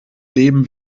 leben